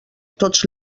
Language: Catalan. tots